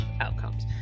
outcomes